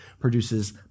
produces